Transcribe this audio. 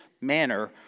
manner